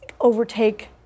overtake